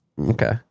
Okay